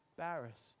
embarrassed